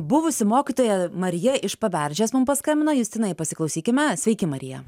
buvusi mokytoja marija iš paberžės mum paskambino justinai pasiklausykime sveiki marija